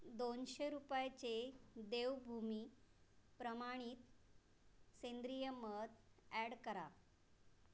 दोनशे रुपयाचे देवभूमी प्रमाणीत सेंद्रिय मध ॲड करा